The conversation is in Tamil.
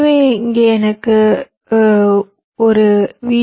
எனவே இங்கே எனக்கு இங்கே ஒரு வி